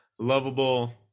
lovable